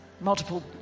multiple